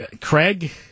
Craig